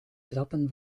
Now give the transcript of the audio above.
trappen